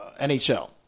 NHL